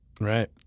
Right